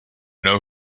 know